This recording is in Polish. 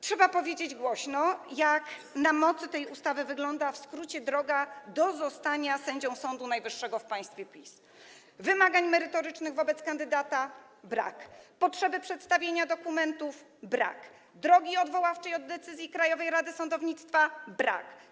Trzeba powiedzieć głośno, jak na mocy tej ustawy wygląda w skrócie droga do zostania sędzią Sądu Najwyższego w państwie PiS: wymagań merytorycznych wobec kandydata - brak, potrzeby przedstawienia dokumentów - brak, drogi odwoławczej od decyzji Krajowej Rady Sądownictwa - brak.